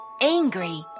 angry